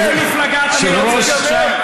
איזו מפלגה אתה מייצג עכשיו?